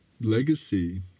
legacy